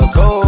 go